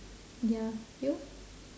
ya you